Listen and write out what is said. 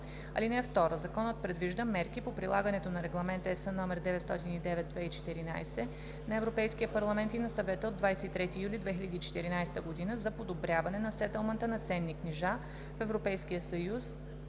ал. 2: „(2) Законът предвижда мерки по прилагането на Регламент (ЕС) № 909/2014 на Европейския парламент и на Съвета от 23 юли 2014 година за подобряване на сетълмента на ценни книжа в Европейския съюз